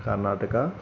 Karnataka